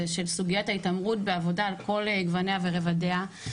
הזה של סוגיית ההתעמרות בעבודה על כל גווניה ורבדיה.